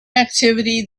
activity